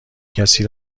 کسی